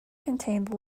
contained